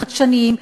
חדשניים,